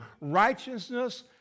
righteousness